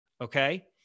Okay